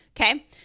Okay